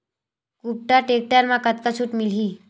कुबटा टेक्टर म कतका छूट मिलही?